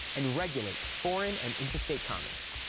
and regulate foreign and interstate commerce.